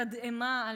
תודה רבה.